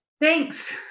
Thanks